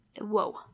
whoa